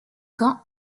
camps